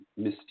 mystique